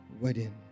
wedding